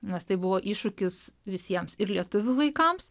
nes tai buvo iššūkis visiems ir lietuvių vaikams